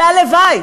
והלוואי,